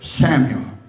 Samuel